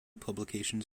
publications